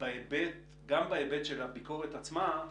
גם בהיבט של הביקורת עצמה,